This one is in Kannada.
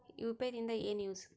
ಯು.ಪಿ.ಐ ದಿಂದ ಏನು ಯೂಸ್?